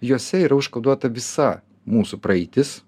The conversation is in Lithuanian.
juose yra užkoduota visa mūsų praeitis